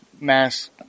mass